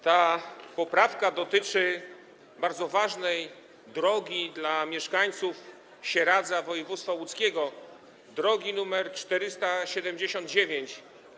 Ta poprawka dotyczy bardzo ważnej drogi dla mieszkańców Sieradza, województwa łódzkiego, drogi nr 479.